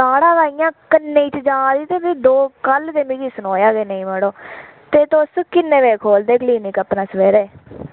दाढ़ां गै इंया कन्नै च जा दी ते कल्ल ते मिगी सनोआ गै निं मड़ो ते तुस किन्ने बजे खोह्लदे क्लीनिक सबेरै अपना